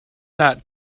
not